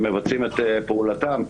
מבצעים את פעולתם,